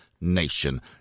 Nation